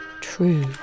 true